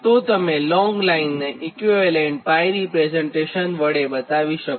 તો તમે લોંગ લાઇનને ઇક્વીવેલન્ટ 𝜋 રીપ્રેઝન્ટેશન વડે બતાવી શકો